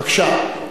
בבקשה.